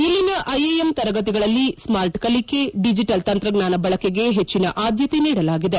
ಇಲ್ಲಿನ ಐಐಎಂ ತರಗತಿಗಳಲ್ಲಿ ಸ್ನಾರ್ಟ್ ಕಲಿಕೆ ಡಿಜಿಟಲ್ ತಂತ್ರಜ್ಞಾನ ಬಳಕೆಗೆ ಹೆಚ್ಚಿನ ಆದ್ದತೆ ನೀಡಲಾಗಿದೆ